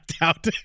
Out